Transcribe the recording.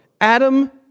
Adam